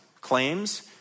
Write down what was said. claims